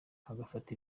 agafata